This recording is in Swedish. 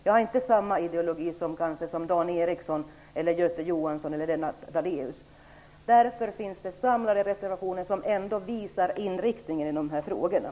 Jag har kanske inte samma ideologi som Dan Ericsson, Göte Jonsson eller Lennart Daléus. Därför finns det samlade reservationer som ändå visar inriktningen i de här frågorna.